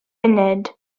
munud